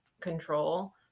control